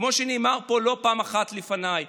כמו שנאמר פה לא פעם אחת לפניי,